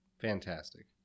Fantastic